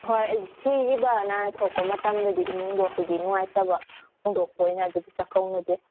ꯍꯣꯏ ꯑꯩ ꯁꯤꯈꯤꯕ ꯑꯅꯥ ꯑꯌꯦꯛ ꯊꯣꯛꯄ ꯃꯇꯝꯗꯗꯤ ꯏꯃꯨꯡꯗꯣ ꯍꯥꯏꯗꯤ ꯅꯨꯡꯉꯥꯏꯇꯕ ꯐꯣꯡꯗꯣꯛꯄ ꯑꯣꯏꯅ ꯑꯗꯨꯗꯤ ꯆꯥꯛꯀꯧꯅꯗꯦ